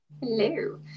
Hello